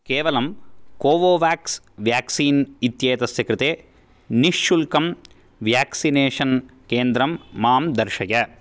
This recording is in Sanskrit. केवलं कोवोवाक्स् व्याक्सीन् इत्येतस्य कृते निःशुल्कं व्याक्सिनेषन् केन्द्रम् माम् दर्शय